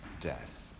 death